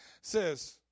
says